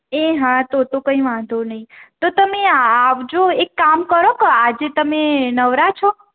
એ હા તો તો કંઈ વાંધો નહીં તો તમે આવજો એક કામ કરો કે આજે તમે નવરા છો